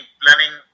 planning